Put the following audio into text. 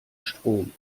strom